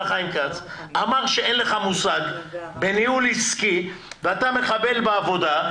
חיים כץ אמר שאין לך מושג בניהול עסקי ואתה מחבל בעבודה,